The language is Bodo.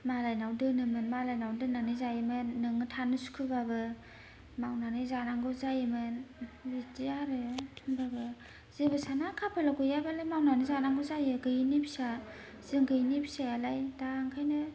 मालायनाव दोनोमोन मालायनावनो दोननानै जायोमोन नोङो थानो सुखुवाबाबो मावनानै जानांगौ जायोमोन बिदि आरो होमबाबो जेबो साना खाफालाव गैयाबालाय मावनानै जानांगौ जायो गैयैनि फिसा जों गैयैनि फिसायालाय दा ओंखायनो